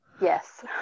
Yes